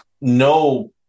no